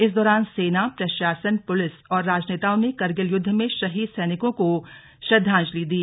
इस दौरान सेना प्रशासन पुलिस और राजनेताओं ने कारगिल युद्ध में शहीद सैनिकों को श्रद्वांजली दी